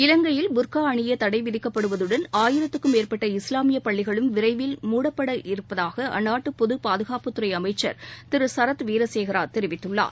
இலங்கையில் விரைவில் புர்காஅணியதடைவிதிக்கப்படுவதுடன் ஆயிரத்திற்கும் மேற்பட்ட இஸ்லாமியப் பள்ளிகளும் விரைவில் மூடப்பட இருப்பதாகஅந்நாட்டுபொதுபாதுகாப்புத்துறைஅமைச்சர் திருசரத் வீரசேகராதெரிவித்துள்ளார்